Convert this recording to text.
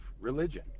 religion